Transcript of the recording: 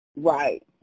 Right